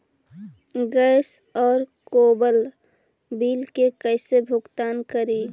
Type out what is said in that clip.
Gas और cable bill के कैसे भुगतान करी?